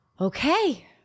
okay